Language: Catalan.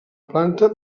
planta